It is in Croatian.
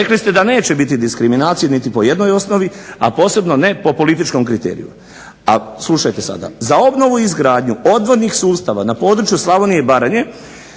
Rekli ste da neće biti diskriminacije niti po jednoj osnovi, a posebno ne po političkom kriteriju a slušajte sada, za obnovu i izgradnju odvodnih sustava na području Slavonije i Baranje,